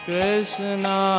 Krishna